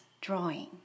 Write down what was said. drawing